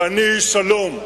ואני איש שלום,